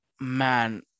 man